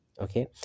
okay